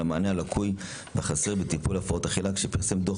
המענה הלקוי והחסר בטיפול בהפרעות אכילה כשפרסם דוח